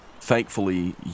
Thankfully